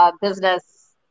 business